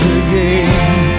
again